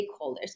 stakeholders